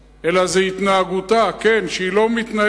אלא זו התנהגותה, כן, שהיא לא מתנהלת